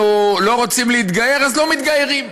אנחנו לא רוצים לגייר, אז לא מתגיירים,